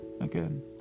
again